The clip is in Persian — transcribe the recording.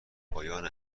پایان